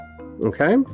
Okay